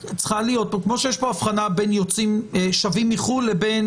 כמו שיש פה הבחנה בין שבים מחו"ל לבין